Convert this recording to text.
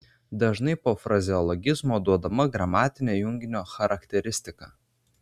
dažnai po frazeologizmo duodama gramatinė junginio charakteristika